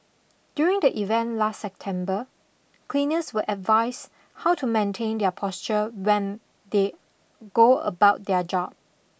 during the event last September cleaners were advised how to maintain their posture when they go about their job